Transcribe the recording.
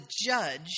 judge